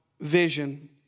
vision